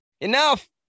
enough